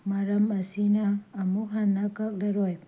ꯃꯔꯝ ꯑꯁꯤꯅ ꯑꯃꯨꯛ ꯍꯟꯅ ꯀꯛꯂꯔꯣꯏ